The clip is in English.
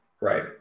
right